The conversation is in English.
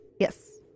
Yes